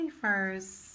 first